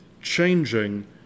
changing